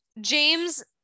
james